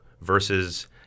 versus